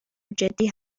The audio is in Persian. جدی